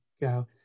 go